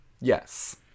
Yes